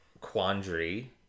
quandary